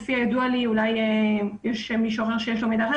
לפי הידוע לי אולי יש מישהו אחר שיש לו מידע אחר